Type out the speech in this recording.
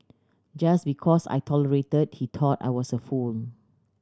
just because I tolerate he thought I was a fool